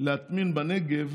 להטמין בנגב,